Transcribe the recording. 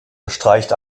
bestreicht